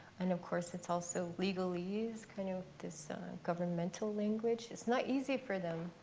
and of course, it's also legalese, kind of this governmental language. it's not easy for them.